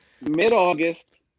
Mid-August